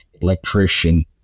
electrician